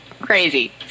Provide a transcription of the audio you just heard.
crazy